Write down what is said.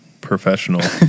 professional